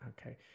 okay